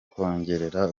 kongerera